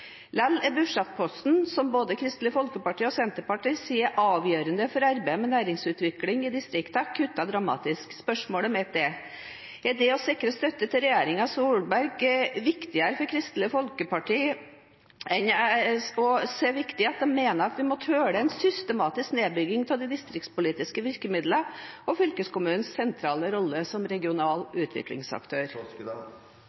er budsjettposten, som både Kristelig Folkeparti og Senterpartiet sier er avgjørende for arbeidet med næringsutvikling i distriktene, kuttet dramatisk. Spørsmålet mitt er: Er det å sikre støtte til regjeringen Solberg så viktig for Kristelig Folkeparti at de mener vi må tåle en systematisk nedbygging av de distriktspolitiske virkemidlene og fylkeskommunens sentrale rolle som regional utviklingsaktør?